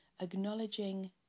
acknowledging